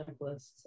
checklists